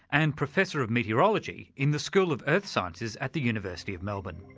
and professor of meteorology in the school of earth sciences at the university of melbourne